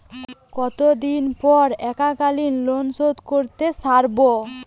কতদিন পর এককালিন লোনশোধ করতে সারব?